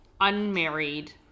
unmarried